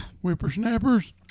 Whippersnappers